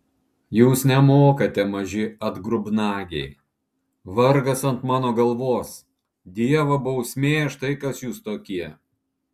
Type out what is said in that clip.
jūs nemokate maži atgrubnagiai vargas ant mano galvos dievo bausmė štai kas jūs tokie